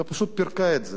ופשוט פירקה את זה,